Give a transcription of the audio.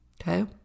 Okay